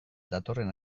datorren